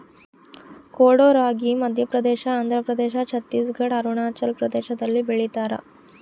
ಕೊಡೋ ರಾಗಿ ಮಧ್ಯಪ್ರದೇಶ ಆಂಧ್ರಪ್ರದೇಶ ಛತ್ತೀಸ್ ಘಡ್ ಅರುಣಾಚಲ ಪ್ರದೇಶದಲ್ಲಿ ಬೆಳಿತಾರ